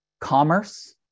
commerce